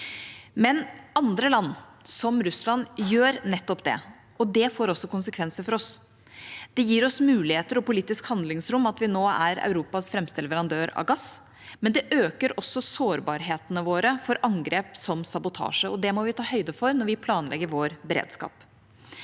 Men andre land, som Russland, gjør nettopp det, og det får også konsekvenser for oss. Det gir oss muligheter og politisk handlingsrom at vi nå er Europas fremste leverandør av gass, men det øker også sårbarheten vår for angrep som sabotasje. Det må vi ta høyde for når vi planlegger vår beredskap.